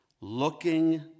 looking